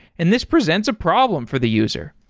and this presents a problem for the user.